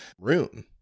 room